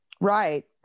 Right